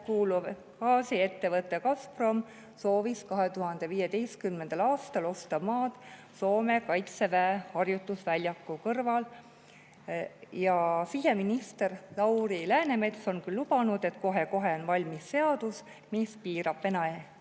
kuuluv gaasiettevõte Gazprom soovis 2015. aastal osta maad Soome kaitseväe harjutusväljaku kõrval. Siseminister Lauri Läänemets on küll lubanud, et kohe-kohe on valmis seadus, mis piirab Vene